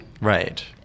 Right